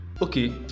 Okay